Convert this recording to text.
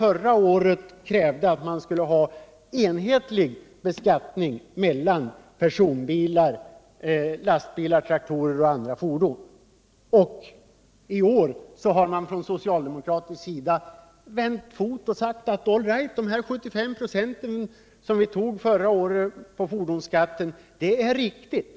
Förra året krävde socialdemokraterna att vi skulle ha en enhetlig beskattning i fråga om personbilar, lastbilar, traktorer och andra fordon, medan de i år gjort helt om och säger att beslutet i fjol om en 75-procentig höjning av fordonsskatten var riktigt.